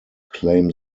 claim